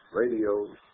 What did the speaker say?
radios